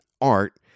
art